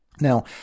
Now